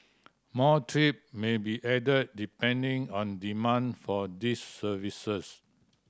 more trip may be added depending on demand for these services